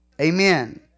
Amen